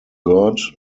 god